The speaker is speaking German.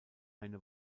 eine